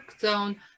zone